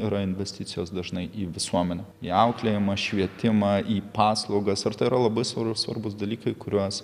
yra investicijos dažnai į visuomenę į auklėjimą švietimą į paslaugas ir tai yra labai svar svarbūs dalykai kuriuos